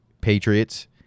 Patriots